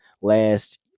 last